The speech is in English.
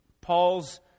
Paul's